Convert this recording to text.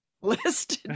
list